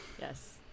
Yes